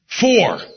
Four